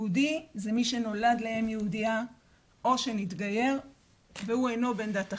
יהודי הוא מי שנולד לאם יהודייה או שמתגייר והוא אינו בן דת אחרת,